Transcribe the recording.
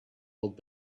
old